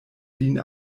lin